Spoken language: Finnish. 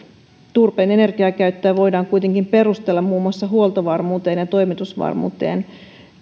turpeen energiakäyttöä voidaan kuitenkin perustella muun muassa huoltovarmuuteen ja toimitusvarmuuteen